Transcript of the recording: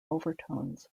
overtones